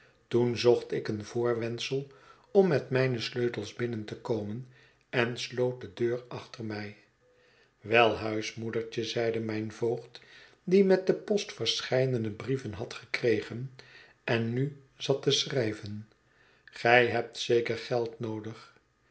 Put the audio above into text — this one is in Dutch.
toen zocht ik een voorwendsel om met mijne sleutels binnen te komen en sloot de deur achter mij wel huismoedertje zeide mijn voogd die met de post verscheidene brieven had gekregen en nu zat te schrijven gij hebt zeker geld noodig